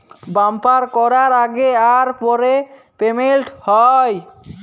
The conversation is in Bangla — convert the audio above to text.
ব্যাভার ক্যরার আগে আর পরে পেমেল্ট হ্যয়